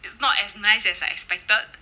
it's not as nice as I expected